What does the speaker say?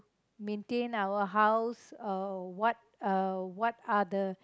maintain our house uh what uh what other